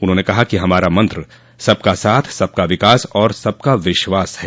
उन्होंने कहा कि हमारा मंत्र सबका साथ सबका विकास और सबका विश्वास है